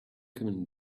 coming